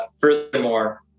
furthermore